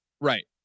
Right